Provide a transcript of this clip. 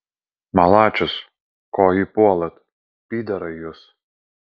malačius ko jį puolat pyderai jūs